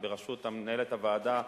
בראשות מנהלת הוועדה,